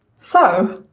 so,